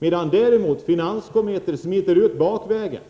Samtidigt smiter finanskometer